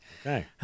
Okay